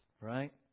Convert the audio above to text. Right